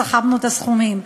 סיכמנו את הסכומים,